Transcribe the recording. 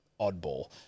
oddball